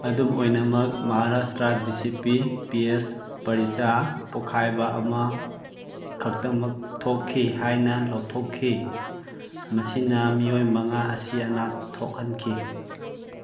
ꯑꯗꯨꯝ ꯑꯣꯏꯅꯃꯛ Maharashtra D C P P S ꯄꯔꯤꯆꯥ ꯄꯣꯈꯥꯏꯕ ꯑꯃꯈꯛꯇꯃꯛ ꯊꯣꯛꯈꯤ ꯍꯥꯏꯅ ꯂꯥꯎꯊꯣꯛꯈꯤ ꯃꯁꯤꯅ ꯃꯤꯑꯣꯏ ꯃꯉꯥ ꯑꯁꯤ ꯑꯅꯥ ꯊꯣꯛꯍꯟꯈꯤ